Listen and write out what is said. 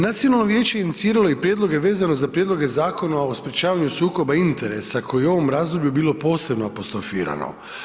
Nacionalno vijeće iniciralo je prijedloge vezano za prijedloge Zakona o sprječavanju interesa koji je u ovom razdoblju bilo posebno apostrofirano.